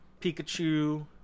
Pikachu